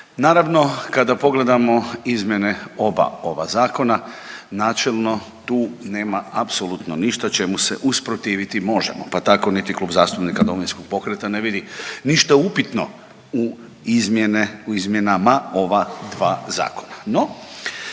Naravno kada pogledamo izmjene oba ova zakona, načelno tu nema apsolutno ništa čemu se usprotiviti možemo. Pa tako niti Klub zastupnika Domovinskog pokreta ne vidi ništa upitno u izmjene, u izmjenama ova dva zakona.